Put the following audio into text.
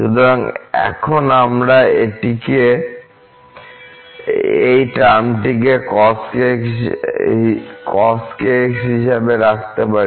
সুতরাং এখন আমরা এই টার্মটি cos হিসাবে রাখতে পারি